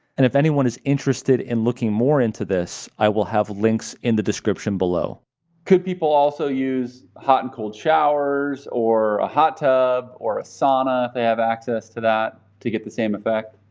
and if anyone is interested in looking more into this, i will have links in the description below. kyle could people also use hot and cold showers or a hot tub or a sauna if they have access to that to get the same effect?